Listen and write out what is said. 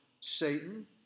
Satan